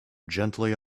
gently